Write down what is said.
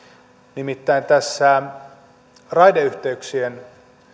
nimittäin tässä raideyhteyksistä